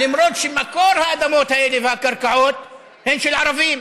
למרות שמקור האדמות האלה והקרקעות הוא של ערבים.